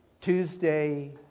Tuesday